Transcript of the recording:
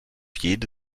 jede